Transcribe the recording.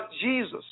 Jesus